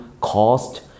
cost